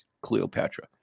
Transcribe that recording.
Cleopatra